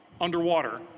underwater